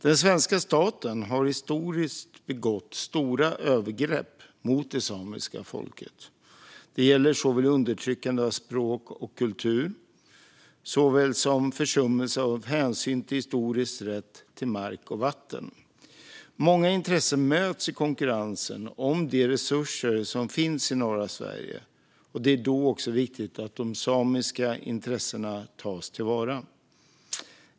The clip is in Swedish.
Den svenska staten har historiskt begått stora övergrepp mot det samiska folket. Det gäller undertryckandet av språk och kultur såväl som försummelse av hänsyn till historisk rätt till mark och vatten. Många intressen möts i konkurrensen om de resurser som finns i norra Sverige, och då är det viktigt att de samiska intressena tas till vara.